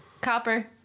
Copper